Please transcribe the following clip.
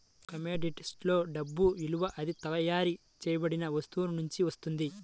కమోడిటీస్లో డబ్బు విలువ అది తయారు చేయబడిన వస్తువు నుండి వస్తుంది